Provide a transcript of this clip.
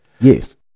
Yes